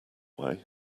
way